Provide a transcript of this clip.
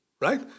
right